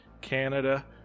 Canada